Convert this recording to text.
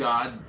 God